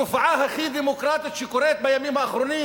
התופעה הכי דמוקרטית שקורית בימים האחרונים